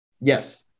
Yes